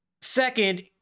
Second